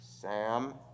Sam